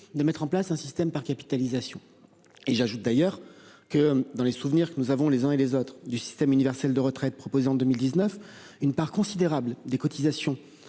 de mettre en place un système par capitalisation. Et j'ajoute d'ailleurs que dans les souvenirs que nous avons les uns et les autres du système universel de retraite proposé en 2019 une part considérable des cotisations